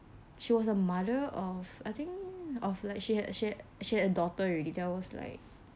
she was a mother of I think of like she had she had she had a daughter already that was like